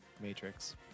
Matrix